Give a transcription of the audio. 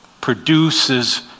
produces